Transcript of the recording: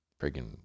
Friggin